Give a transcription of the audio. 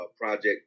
Project